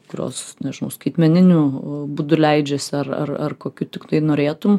kurios nežinau skaitmeniniu būdu leidžiasi ar ar ar kokiu tiktai norėtum